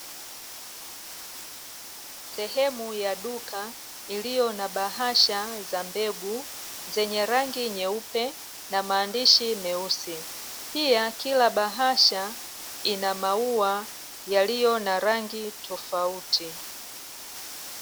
Sehemu ya duka iliyo na bahasha za mbegu zenye rangi nyeupe na maandishi meusi, pia kila bahasha ina maua yaliyo na rangi tofauti.